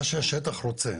מה שהשטח רוצה,